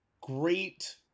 great